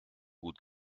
gut